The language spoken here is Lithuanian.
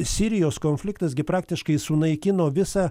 sirijos konfliktas gi praktiškai sunaikino visą